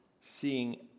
seeing